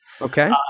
Okay